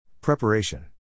Preparation